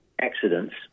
accidents